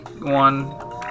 one